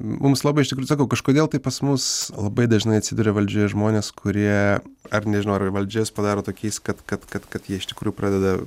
mums labai iš tikrųjų sakau kažkodėl tai pas mus labai dažnai atsiduria valdžioje žmonės kurie ar nežinau ar valdžia juos padaro tokiais kad kad kad kad jie iš tikrųjų pradeda